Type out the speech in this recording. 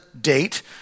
date